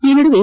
ಈ ನಡುವೆ